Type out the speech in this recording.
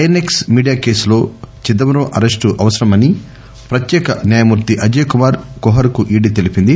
ISX media కేసులో Chidambaram arrest అవసరమని ప్రత్యేక న్యాయమూర్తి అజయ్ కుమార్ కుహార్ కు ఈడి తెలిపింది